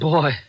Boy